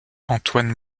antoine